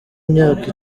imyaka